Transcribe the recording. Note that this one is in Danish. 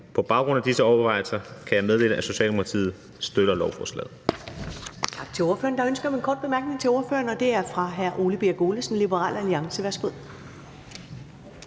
På baggrund af disse overvejelser kan jeg meddele, at Socialdemokratiet støtter lovforslaget.